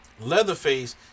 Leatherface